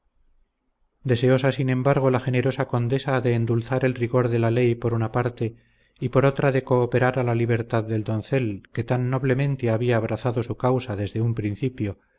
deseosa sin embargo la generosa condesa de endulzar el rigor de la ley por una parte y por otra de cooperar a la libertad del doncel que tan noblemente había abrazado su causa desde un principio